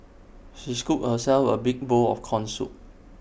she scooped herself A big bowl of Corn Soup